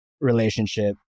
relationship